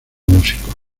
músicos